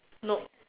nope